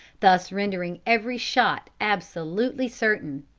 thus rendering every shot absolutely certain.